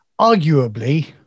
arguably